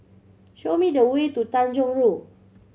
show me the way to Tanjong Rhu